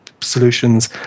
solutions